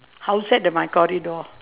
house at the my corridor